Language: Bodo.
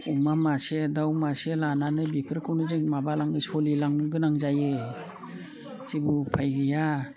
अमा मासे दाउ मासे लानानै बेफोरखौनो जों माबालाङो सोलिलांनो गोनां जायो जेबो उफाय गैया